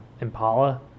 impala